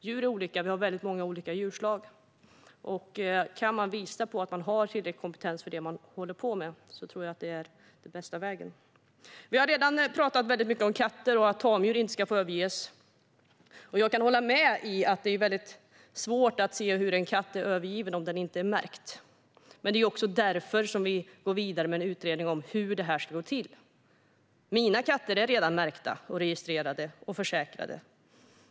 Djur är olika, och vi har många olika djurslag. Kan man visa att man har tillräcklig kompetens för det som man håller på med tror jag att det är den bästa vägen. Vi har redan talat väldigt mycket om katter och om att tamdjur inte ska få överges. Jag kan hålla med om att det är mycket svårt att se om en katt är övergiven om den inte är märkt. Men det är också därför som vi går vidare med en utredning om hur detta ska gå till. Mina katter är redan märkta, registrerade och försäkrade.